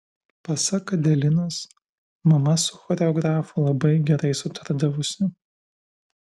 pasak adelinos mama su choreografu labai gerai sutardavusi